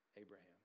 Abraham